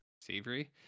Savory